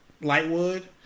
Lightwood